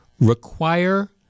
require